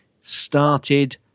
started